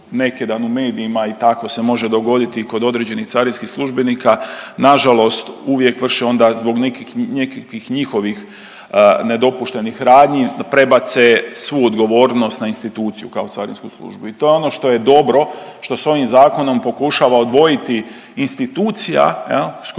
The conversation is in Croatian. neki dan u medijima i tako se može dogoditi kod određenih carinskih službenika na žalost uvijek vrše onda zbog nekakvih njihovih nedopuštenih radnji, prebace svu odgovornost na instituciju kao Carinsku službu. I to je ono što je dobro, što se ovim zakonom pokušava odvojiti institucija sa